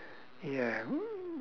ya